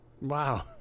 wow